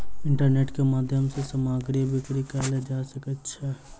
internet के माध्यम सॅ सामग्री बिक्री कयल जा सकै छै